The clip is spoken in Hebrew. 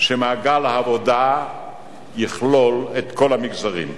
שמעגל העבודה יכלול את כל המגזרים.